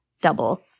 double